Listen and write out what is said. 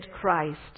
christ